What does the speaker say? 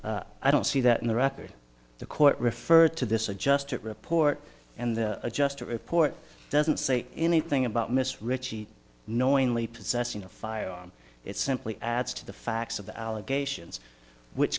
s i don't see that in the record the court referred to this a just a report and just a report doesn't say anything about miss ritchie knowingly possessing a firearm it's simply adds to the facts of the allegations which